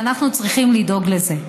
ואנחנו צריכים לדאוג לזה.